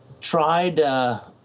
tried